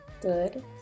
Good